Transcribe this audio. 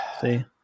see